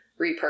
repurpose